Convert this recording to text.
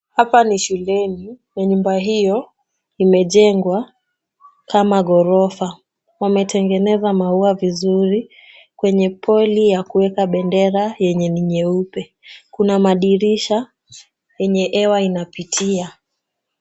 Hapa ni shuleni, na nyumba hiyo imejengwa kama ghorofa. Wame tengeneza maua vizuri kwenye poli ya kuweka bendera yenye ni nyeupe. Kuna madirisha yenye hewa inapitia.